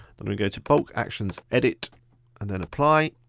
i'm gonna go to bulk actions, edit and then apply.